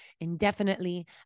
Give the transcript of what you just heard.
indefinitely